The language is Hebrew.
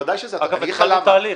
אילנית,